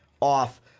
off